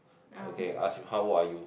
okay ask how old are you